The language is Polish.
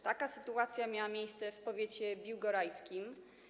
Taka sytuacja miała miejsce w powiecie biłgorajskim.